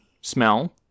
smell